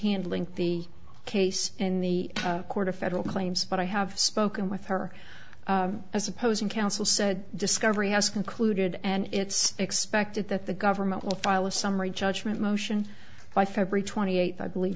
handling the case in the court of federal claims but i have spoken with her as opposing counsel said discovery has concluded and it's expected that the government will file a summary judgment motion by february twenty eighth i believe